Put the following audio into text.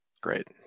Great